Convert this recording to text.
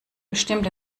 bestimmt